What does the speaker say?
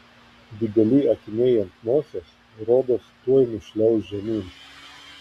dideli akiniai ant nosies rodos tuoj nušliauš žemyn